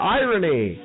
irony